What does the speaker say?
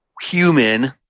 human